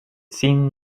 seemed